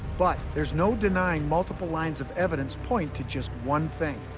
but there's no denying multiple lines of evidence point to just one thing,